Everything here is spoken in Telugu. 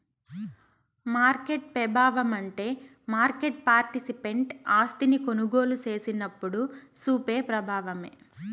మార్కెట్ పెబావమంటే మార్కెట్ పార్టిసిపెంట్ ఆస్తిని కొనుగోలు సేసినప్పుడు సూపే ప్రబావమే